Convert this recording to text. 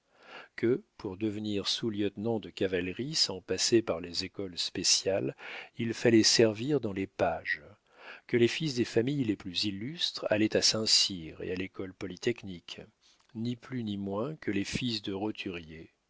que pour devenir sous-lieutenant de cavalerie sans passer par les écoles spéciales il fallait servir dans les pages que les fils des familles les plus illustres allaient à saint-cyr et à l'école polytechnique ni plus ni moins que les fils de roturiers